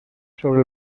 sobre